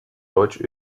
deutsch